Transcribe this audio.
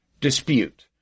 dispute